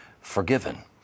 forgiven